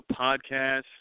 podcast